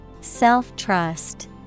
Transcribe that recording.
Self-trust